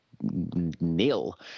nil